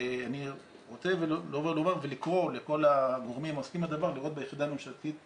אני רוצה לומר ולקרוא לכל הגורמים העוסקים בדבר לראות ביחידה הממשלתית